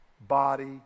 body